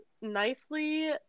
nicely